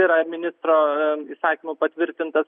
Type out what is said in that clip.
yra ministro įsakymu patvirtintas